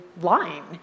lying